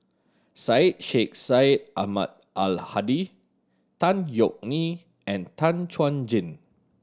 Syed Sheikh Syed Ahmad Al Hadi Tan Yeok Nee and Tan Chuan Jin